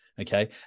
Okay